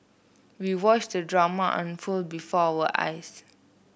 we watched the drama unfold before our eyes